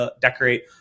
decorate